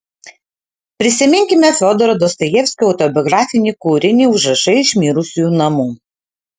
prisiminkime fiodoro dostojevskio autobiografinį kūrinį užrašai iš mirusiųjų namų